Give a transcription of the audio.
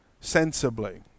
sensibly